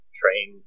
train